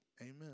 Amen